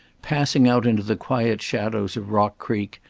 passing out into the quiet shadows of rock creek,